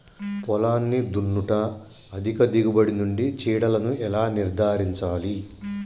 పొలాన్ని దున్నుట అధిక దిగుబడి నుండి చీడలను ఎలా నిర్ధారించాలి?